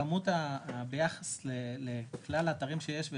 בכמות ביחס לכלל האתרים שיש,